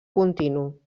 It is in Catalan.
continu